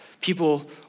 People